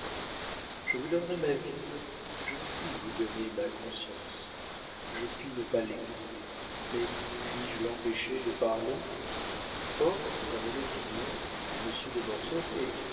je vous donnerais ma vie je ne puis vous donner ma conscience je puis ne pas l'écouter mais puis-je l'empêcher de parler or dans mon opinion monsieur de mortsauf est